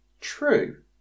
true